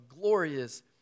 glorious